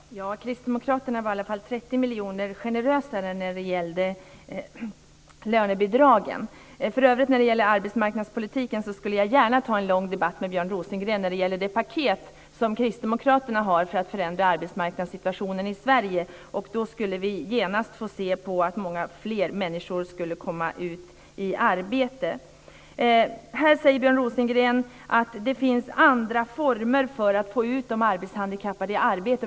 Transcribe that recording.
Herr talman! Kristdemokraterna var i alla fall generösare med 30 miljoner när det gällde lönebidragen. När det för övrigt gäller arbetsmarknadspolitiken skulle jag gärna föra en lång debatt med Björn Rosengren om det paket som Kristdemokraterna har för att förändra arbetsmarknadssituationen i Sverige. Med det skulle vi genast få se att många fler människor skulle komma ut i arbete. Björn Rosengren säger att det finns andra former för att få ut de arbetshandikappade i arbete.